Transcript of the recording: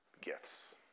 gifts